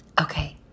Okay